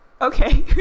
okay